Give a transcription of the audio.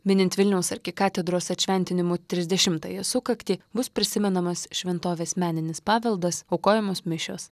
minint vilniaus arkikatedros atšventinimo trisdešimtąją sukaktį bus prisimenamas šventovės meninis paveldas aukojamos mišios